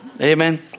Amen